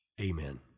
amen